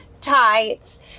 tights